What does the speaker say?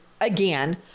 again